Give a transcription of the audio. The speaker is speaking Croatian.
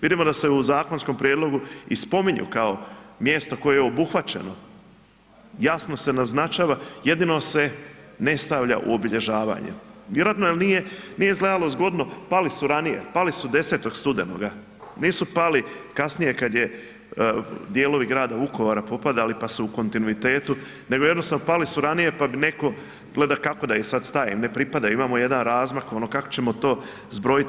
Vidimo da se u zakonskom prijedlogu i spominju kao mjesto koje je obuhvaćeno, jasno će naznačava jedino se ne stavlja u obilježavanje, vjerojatno jer nije izgledao zgodno, pali su ranije, pali su 10. studenoga, nisu pali kasnije kad je dijelovi grada Vukovara popadali, pa su u kontinuitetu, nego jednostavno pali su ranije, pa bi netko gleda kako da ih sada stavim ne pripada imamo jedan razmak ono kako ćemo to zbrojiti.